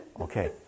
okay